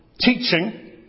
teaching